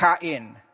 Kain